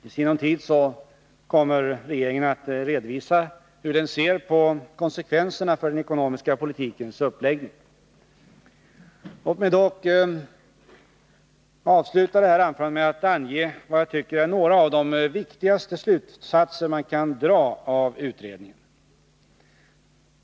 I sinom tid kommer regeringen att redovisa hur den ser på konsekvenserna för den ekonomiska politikens uppläggning. Låt mig dock avsluta detta anförande med att ange vad jag tycker är några av de viktigaste slutsatser man kan dra av utredningen.